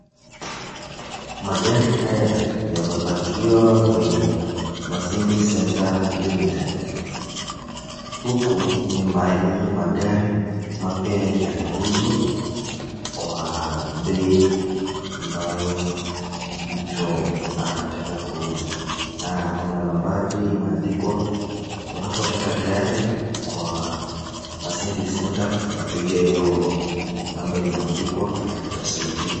Magari haya yamepakiwa kwenye Mercedes Centre Limited. Huku ni mahali magari mapya yanauzwa kwa bei ambayo mtu anataka kuuza. Na kuna nambari imeandikwa unapotaka gari kwa Mercedes Centre unapiga hio namba imeandikwa na utasaidiwa.